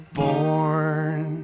born